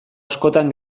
askotan